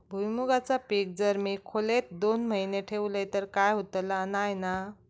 भुईमूगाचा पीक जर मी खोलेत दोन महिने ठेवलंय तर काय होतला नाय ना?